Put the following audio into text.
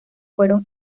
fueron